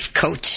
coach